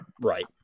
Right